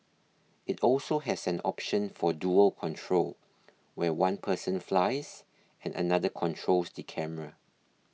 it also has an option for dual control where one person flies and another controls the camera